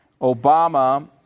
Obama